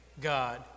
God